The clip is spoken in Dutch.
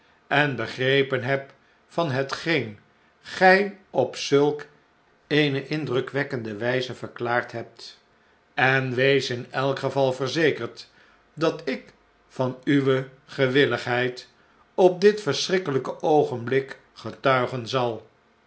en begrepen heb van hetgeen gjj op zulk eene indrukwekkende wflze verklaard hebt en wees in elk geval verzekerd dat ik van uwe gewilligheid op dit verschrikkerjjke oogenblik getuigen zal